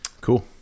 Cool